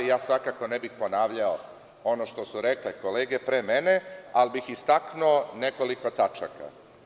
Svakako ne bih ponavljao ono što su rekle kolege pre mene, ali bih istakao nekoliko tačaka.